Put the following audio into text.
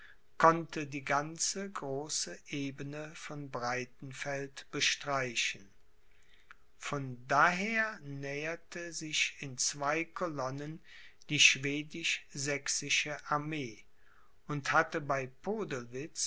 konnte die ganze große ebene von breitenfeld bestreichen von daher näherte sich in zwei colonnen die schwedisch sächsische armee und hatte bei